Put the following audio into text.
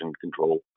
control